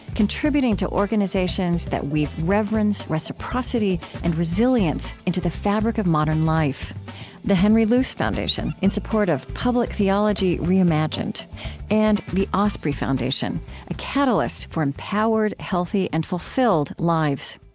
contributing to organizations that weave reverence, reciprocity, and resilience into the fabric of modern life the henry luce foundation, in support of public theology reimagined and the osprey foundation a catalyst for empowered, healthy, and fulfilled lives